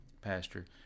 Pastor